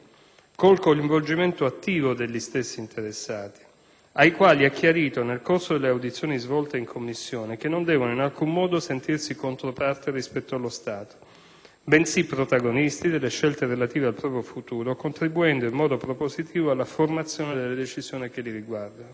col coinvolgimento attivo degli stessi interessati, ai quali è chiarito nel corso delle audizioni svolte in commissione, che non devono in alcun modo sentirsi controparte rispetto allo Stato, bensì protagonisti delle scelte relative al proprio futuro, contribuendo in modo propositivo alla formazione della decisione che li riguarda.